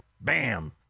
bam